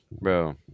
Bro